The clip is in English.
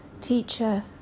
teacher